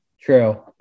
True